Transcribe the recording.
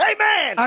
Amen